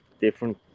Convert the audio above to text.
different